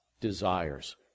desires